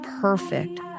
perfect